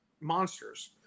monsters